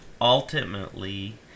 ultimately